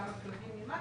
"כמה כלבים המתתם"